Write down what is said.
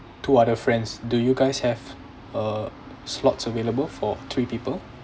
two other friends do you guys have uh slots available for three people